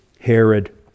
Herod